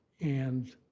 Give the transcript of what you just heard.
and